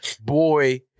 boy